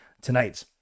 tonight